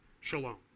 shalom